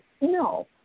no